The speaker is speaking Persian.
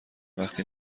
وقتی